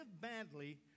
badly